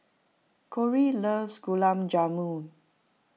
Korey loves Gulab Jamun